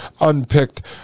unpicked